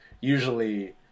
usually